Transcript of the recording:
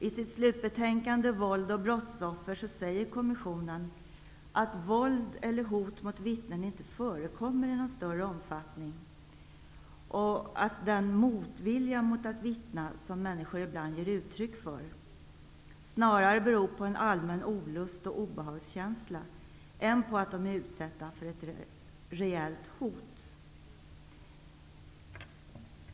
I sitt slutbetänkande Våld och brottsoffer säger kommissionen att våld eller hot mot vittnen inte förekommer i någon större omfattning och att den motvilja mot att vittna som människor ibland ger uttryck för snarare beror på en allmän olust och obehagskänsla än på att de är utsatta för ett reellt hot.